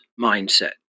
mindset